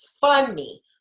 funny